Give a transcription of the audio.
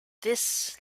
this